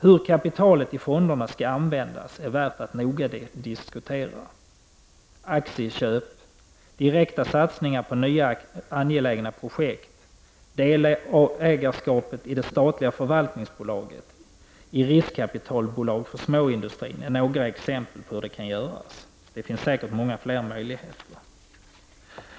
Hur kapitalet i fonderna skall användas är värt att noga diskutera. Aktieköp, direkta satsningar på nya angelägna projekt, delägarskapet i det statliga förvaltningsbolaget, riskkapitalbolag för småindustri, är några exempel på hur det kan göras. Det finns säkert fler möjligheter.